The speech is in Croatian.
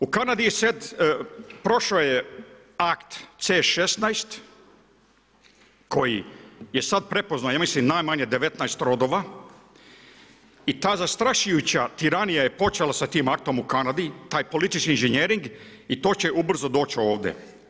U Kanadi je prošao akt C16 koji je sada prepoznao ja mislim najmanje 19 rodova i ta zastrašujuća tiranija je počela sa tim aktom u Kanadi, taj politički inženjering i to će ubrzo doć ovdje.